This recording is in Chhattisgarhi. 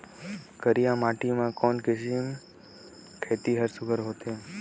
करिया माटी मा कोन किसम खेती हर सुघ्घर होथे?